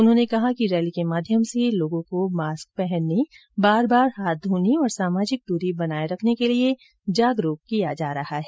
उन्होंने कहा कि इस रैली के माध्यम से लोगों को मास्क पहनने बार बार हाथ धोने और सामाजिक दूरी बनाए रखने के लिए जागरूक किया जा रहा है